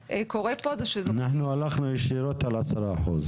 אנחנו הלכנו ישירות על ה-10 אחוזים.